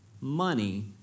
money